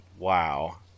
Wow